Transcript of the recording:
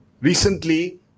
recently